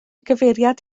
gyfeiriad